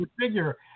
figure